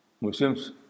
Muslims